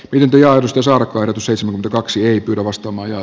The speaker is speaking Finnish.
olympiaedustus on seitsemän kaksi lavastama ja